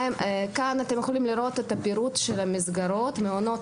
כאן אתם יכולים לראות את הפירוט של המסגרות מעונות